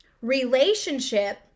Relationship